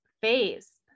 face